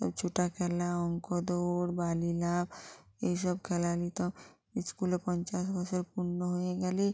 ও ছোটা খেলা অঙ্ক দৌড় বালি লাফ এই সব খেলা নিতম স্কুলে পঞ্চাশ বছর পূর্ণ হয়ে গেলেই